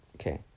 Okay